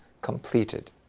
completed